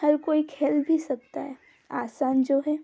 हर कोई खेल भी सकता है आसान जो है